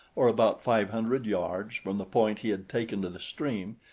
or about five hundred yards, from the point he had taken to the stream,